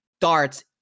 darts